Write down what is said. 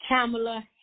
Kamala